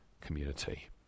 community